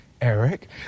Eric